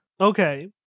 Okay